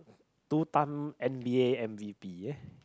two time N_B_A M_V_P eh